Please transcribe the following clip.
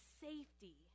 safety